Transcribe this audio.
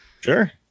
Sure